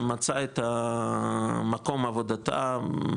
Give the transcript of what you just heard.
מצאו את מקום עבודתם,